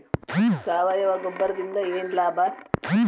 ಸಾವಯವ ಗೊಬ್ಬರದಿಂದ ಏನ್ ಲಾಭ?